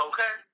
Okay